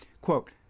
Quote